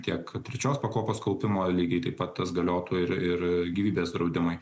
tiek trečios pakopos kaupimo lygiai taip pat tas galiotų ir ir gyvybės draudimui